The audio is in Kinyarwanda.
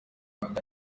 alpha